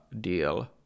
deal